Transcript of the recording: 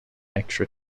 extra